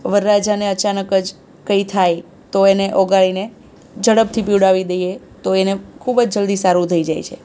વરરાજાને આચનક જ કંઇ થાય તો એને ઓગાળીને ઝડપથી પીવડાવી દઈએ તો એને ખૂબ જ જલ્દી સારું થઈ જાય છે